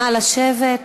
נא לשבת,